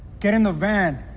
get in the van.